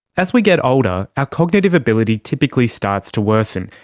as we get older, our cognitive ability typically starts to worsen.